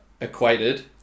equated